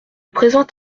présent